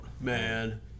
man